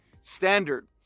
standard